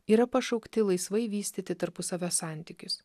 yra pašaukti laisvai vystyti tarpusavio santykius